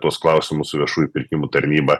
tuos klausimus su viešųjų pirkimų tarnyba